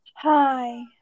Hi